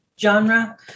genre